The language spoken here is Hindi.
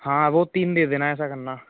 हाँ वो तीन दे देना ऐसा करना